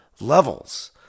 levels